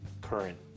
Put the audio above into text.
current